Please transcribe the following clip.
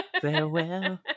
Farewell